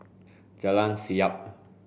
Jalan Siap